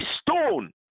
stone